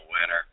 winner